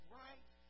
right